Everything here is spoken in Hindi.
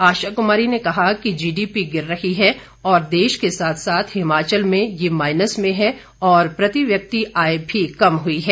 आशा कुमारी ने कहा कि जीडीपी गिर रही है और देश के साथ साथ हिमाचल में यह माइनस में है और प्रति व्यक्ति आय भी कम हुई है